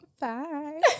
Bye